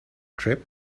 trip